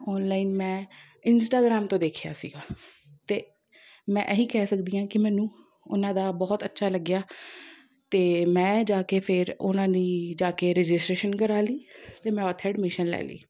online ਮੈਂ Instagram ਤੋਂ ਦੇਖਿਆ ਸੀਗਾ ਅਤੇ ਮੈਂ ਇਹੀ ਕਹਿ ਸਕਦੀ ਹਾਂ ਕਿ ਮੈਨੂੰ ਉਹਨਾਂ ਦਾ ਬਹੁਤ ਅੱਛਾ ਲੱਗਿਆ ਅਤੇ ਮੈਂ ਜਾ ਕੇ ਫਿਰ ਉਹਨਾਂ ਦੀ ਜਾ ਕੇ ਰਜਿਸਟ੍ਰੇਸ਼ਨ ਕਰਾ ਲਈ ਅਤੇ ਮੈਂ ਉੱਥੇ ਐਡਮਿਸ਼ਨ ਲੈ ਲਈ